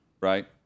right